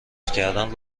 کردن